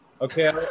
Okay